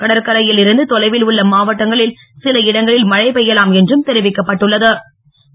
கடற்கரையில் இருந்து தொலைவில் உள்ள மாவட்டங்களில் சில இடங்களில் மழை பெய்யலாம் என்றும் தெரிவிக்கப்பட்டுள்ள து